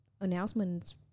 announcements